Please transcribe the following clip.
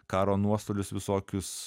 karo nuostolius visokius